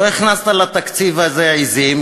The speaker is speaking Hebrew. לא הכנסת לתקציב הזה עזים,